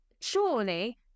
surely